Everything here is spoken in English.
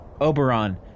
Oberon